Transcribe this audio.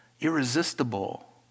irresistible